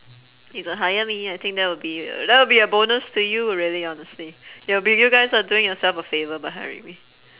you got hire me I think that will be that will be bonus to you really honestly you'll b~ you guys are doing yourself a favour by hiring me